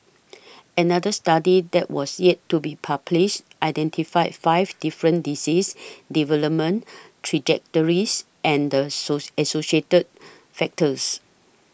another study that was yet to be published identified five different disease development trajectories and the so associated factors